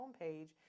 homepage